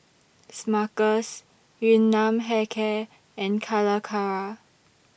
Smuckers Yun Nam Hair Care and Calacara